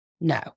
No